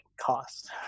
cost